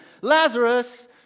Lazarus